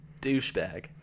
douchebag